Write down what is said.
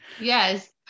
yes